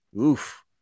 oof